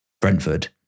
Brentford